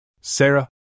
Sarah